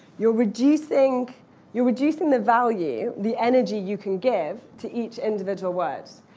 you're reducing you're reducing the value, the energy you can give, to each individual word.